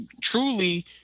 truly